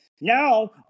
Now